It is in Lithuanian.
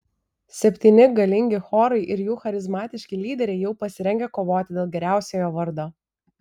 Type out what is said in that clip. septyni galingi chorai ir jų charizmatiški lyderiai jau pasirengę kovoti dėl geriausiojo vardo